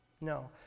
no